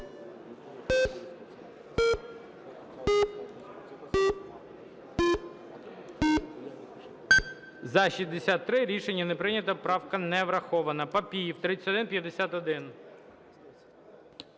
За-63 Рішення не прийнято. Правка не врахована. Папієв, 3151.